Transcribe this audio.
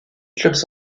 clubs